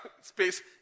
space